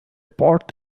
port